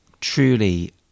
truly